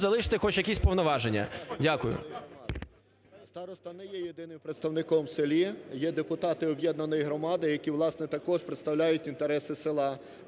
залиште хоч якісь повноваження. Дякую.